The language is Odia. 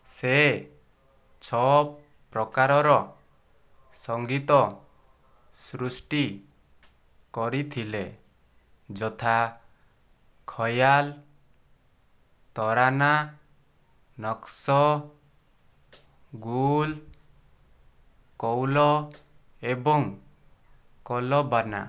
ସେ ଛଅ ପ୍ରକାରର ସଙ୍ଗୀତ ସୃଷ୍ଟି କରିଥିଲେ ଯଥା ଖୟାଲ୍ ତରାନା ନକ୍ସ ଗୁଲ୍ କୌଲ୍ ଏବଂ କଲ୍ବାନା